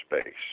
space